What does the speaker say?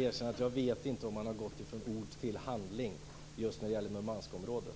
Fru talman! Jag vet inte om man har gått från ord till handling just när det gäller Murmanskområdet.